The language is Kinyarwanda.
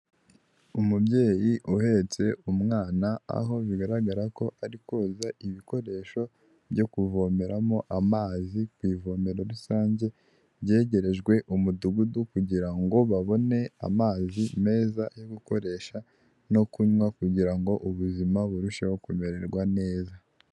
Umubyeyi uhetse umwana aho bigaragara ko ari koza ibikoresho byo kuvomeramo amazi ku ivomero rusange, byegerejwe umudugudu kugirango babone amazi meza yo gukoresha no kunywa kugirango ubuzima burusheho kumererwa neza.